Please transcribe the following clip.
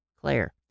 Claire